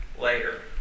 later